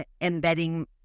embedding